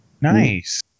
Nice